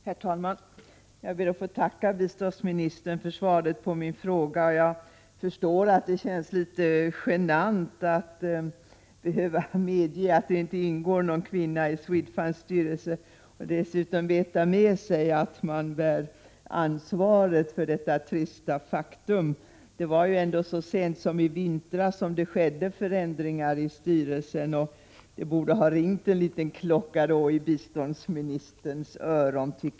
Herr talman! Jag ber att få tacka biståndsministern för svaret på min fråga. Jag förstår att det känns litet genant för biståndsministern att behöva medge att det inte ingår någon kvinna i Swedfunds styrelse, och dessutom veta med sig att man själv bär ansvaret för detta trista faktum. Det var ändå så sent som i vintras som det skedde förändringar i styrelsen. Det borde ha ringt en liten klocka då i biståndsministerns öron.